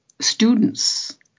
students